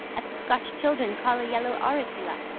as the scotch children call a yellow auricula.